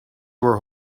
were